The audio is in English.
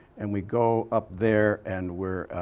and we go up there and we're,